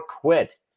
quit